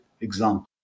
example